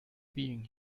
being